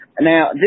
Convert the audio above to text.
Now